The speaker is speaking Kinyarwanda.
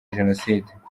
jenoside